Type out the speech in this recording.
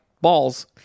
balls